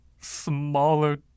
smaller